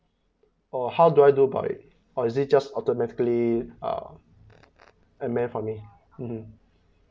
orh how do I do about it or is it just automatically uh ammend for me